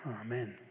Amen